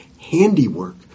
handiwork